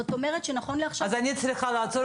זאת אומרת שנכון לעכשיו --- אז אני צריכה לעצור